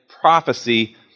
prophecy